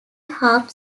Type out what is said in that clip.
half